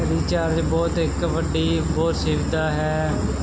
recharge ਬਹੁਤ ਇੱਕ ਵੱਡੀ ਬਹੁਤ ਸੁਵਿਧਾ ਹੈ